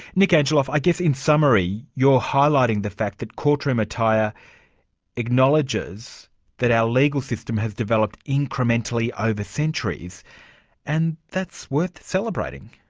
and like and i guess in summary, you're highlighting the fact that court room attire acknowledges that our legal system has developed incrementally over centuries and that's worth celebrating.